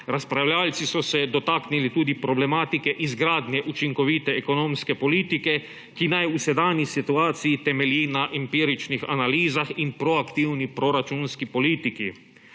Razpravljavci so se dotaknili tudi problematike izgradnje učinkovite ekonomske politike, ki naj v sedanji situaciji temelji na empiričnih analizah in proaktivni proračunski politiki.